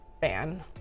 fan